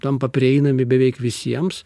tampa prieinami beveik visiems